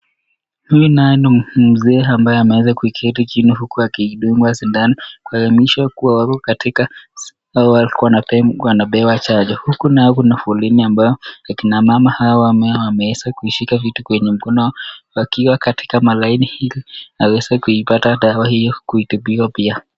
Huyu naye ni mzee ambaye ameweza kuketi chini huku akidungwa sindano kumaanisha kuwa wako katika ama wako wanapewa chanjo, huku naye kuna foleni ambayo akina mama hao wameweza kushika vitu kwenye mkono wao wakiwa katika malaini ili waweze kuipata dawa hiyo kutibiwa pia.